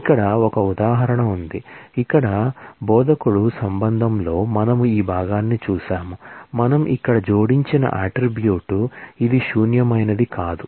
ఇక్కడ ఒక ఉదాహరణ ఉంది ఇక్కడ బోధకుడు రిలేషన్ లో మనము ఈ భాగాన్ని చూశాము మనం ఇక్కడ జోడించిన అట్ట్రిబ్యూట్ ఇది శూన్యమైనది కాదు